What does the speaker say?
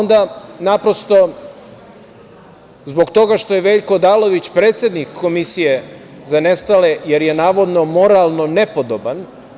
Naprosto, zbog toga što je Veljko Odalović predsednik Komisije za nestale, jer je, navodno, moralno nepodoban.